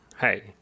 hey